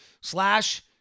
slash